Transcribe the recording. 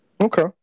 Okay